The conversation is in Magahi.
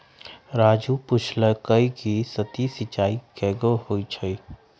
राजू पूछलकई कि सतही सिंचाई कैगो होई छई